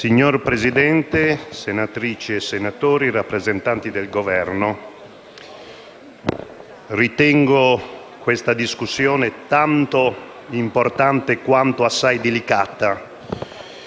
Signor Presidente, senatrici e senatori, signor rappresentante del Governo, ritengo questa discussione tanto importante quanto delicata.